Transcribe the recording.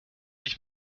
sich